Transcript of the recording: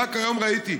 רק היום ראיתי,